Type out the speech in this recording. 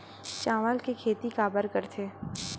चावल के खेती काबर करथे?